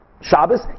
Shabbos